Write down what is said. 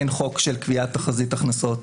אין חוק של קביעת תחזית הכנסות,